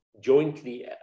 jointly